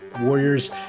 warriors